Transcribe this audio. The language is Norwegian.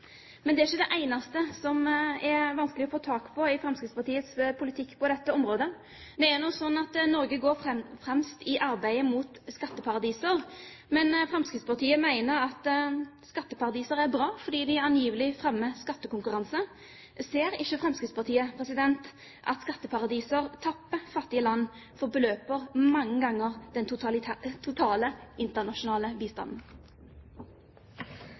Men det er ikke det eneste som det er vanskelig å få tak på i Fremskrittspartiets politikk på dette området. Det er nå sånn at Norge går fremst i arbeidet mot skatteparadiser. Men Fremskrittspartiet mener skatteparadiser er bra, fordi det angivelig fremmer skattekonkurranse. Ser ikke Fremskrittspartiet at skatteparadiser tapper fattige land for beløp mange ganger den totale internasjonale bistanden?